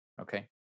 Okay